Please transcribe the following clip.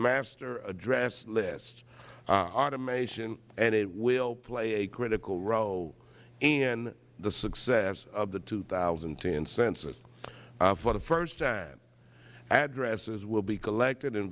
master address list automation and it will play a critical role in the success of the two thousand and ten census for the first time addresses will be collected and